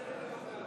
בעד עידן